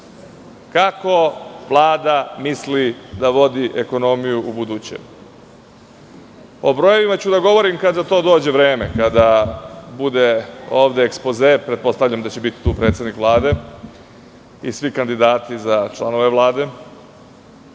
Kako Vlada misli da vodi ekonomiju u buduće. O brojevima ću da govorim kada za to dođe vreme, kada bude ovde ekspoze, pretpostavljam da će biti tu predsednik Vlade i svi kandidati za članove Vlade,